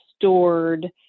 stored